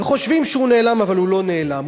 וחושבים שהוא נעלם, אבל הוא לא נעלם.